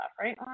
right